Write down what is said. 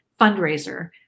fundraiser